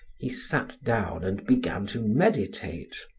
he sat down and began to meditate.